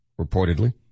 reportedly